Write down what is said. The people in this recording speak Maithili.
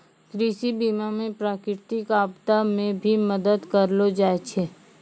कृषि बीमा मे प्रकृतिक आपदा मे भी मदद करलो जाय छै